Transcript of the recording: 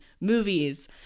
movies